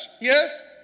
Yes